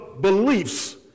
beliefs